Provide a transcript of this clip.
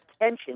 attention